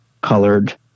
colored